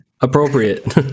appropriate